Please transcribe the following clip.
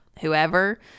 whoever